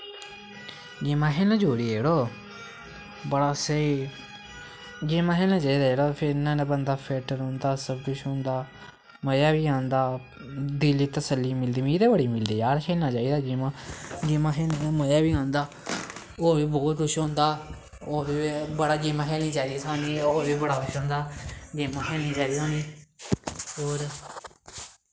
गेमां खेलनां चाही दियां जरो बड़ा स्हेई गेमां खेलनियां चाही दियां जरो फिरनैं नै बंदा फिट्ट रौंह्दा सब किश होंदा मजा बी आंदा दिले गी तसल्ली मिलदी मिगी ते बड़ी मिलदी यार खेलनी चाही दी गेमां गेमां खेलनें नै मजा बी आंदा होर बी बौह्त कुश होंदा होर बड़ी गेमां खेलनियां चाही दियां साह्नूं होर बी बड़ा कुश होंदा गेमां खेलनियां चाही दियां साह्नूं होर